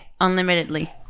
unlimitedly